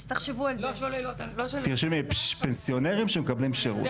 תרשמי פנסיונרים שמקבלים שירות.